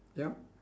yup